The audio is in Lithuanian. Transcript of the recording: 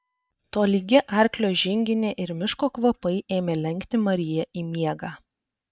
tolygi arklio žinginė ir miško kvapai ėmė lenkti mariją į miegą